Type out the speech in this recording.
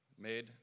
made